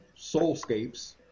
soulscapes